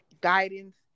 guidance